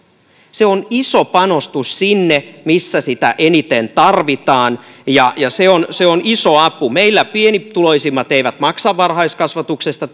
se on iso panostus sinne missä sitä eniten tarvitaan ja se on se on iso apu meillä pienituloisimmat eivät maksa varhaiskasvatuksesta